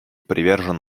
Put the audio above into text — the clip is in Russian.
привержен